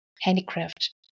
handicraft